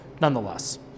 nonetheless